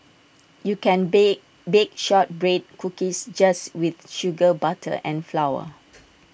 you can bake bake Shortbread Cookies just with sugar butter and flour